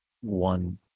one